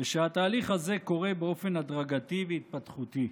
ושהתהליך הזה קורה באופן הדרגתי והתפתחותי,